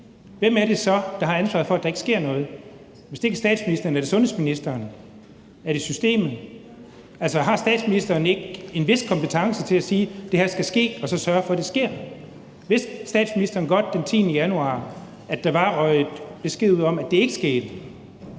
hvem er det så, der har ansvaret for, at der ikke sker noget? Hvis det ikke er statsministeren, er det så sundhedsministeren? Er det systemet? Altså, har statsministeren ikke en vis kompetence til at sige, at det her skal ske, og så sørge for, at det sker? Vidste statsministeren godt den 10. januar, at der var kommet besked om, at det ikke skete?